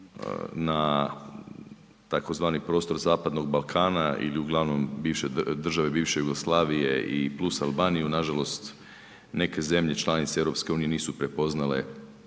na tzv. prostor zapadnog Balkana ili uglavnom države bivše Jugoslavije i plus Albaniju. Nažalost, neke zemlje članice EU nisu prepoznale